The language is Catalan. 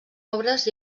obres